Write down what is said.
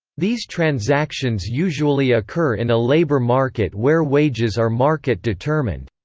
these transactions usually occur in a labour market where wages are market determined.